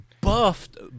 Buffed